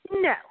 No